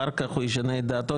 אחר כך הוא ישנה את דעתו,